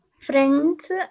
Friends